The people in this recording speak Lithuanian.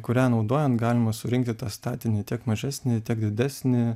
kurią naudojant galima surinkti tą statinį tiek mažesnį tiek didesnį